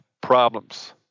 problems